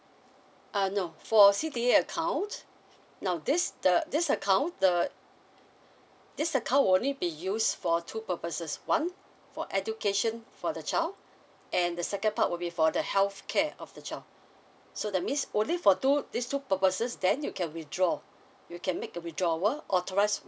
uh no for C_D_A account now this the this account the this account will only be used for two purposes one for education for the child and the second part would be for the health care of the child so that means only for two for this two purposes then you can withdraw you can make the withdrawal authorised